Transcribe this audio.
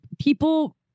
people